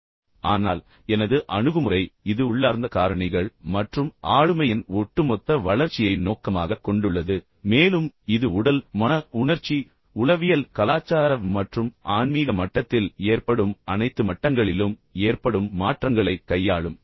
ஆனால் எனது அணுகுமுறை இது உள்ளார்ந்த காரணிகள் மற்றும் ஆளுமையின் ஒட்டுமொத்த வளர்ச்சியை நோக்கமாகக் கொண்டுள்ளது மேலும் இது உடல் மன உணர்ச்சி உளவியல் கலாச்சார மற்றும் ஆன்மீக மட்டத்தில் ஏற்படும் அனைத்து மட்டங்களிலும் ஏற்படும் மாற்றங்களைக் கையாளும்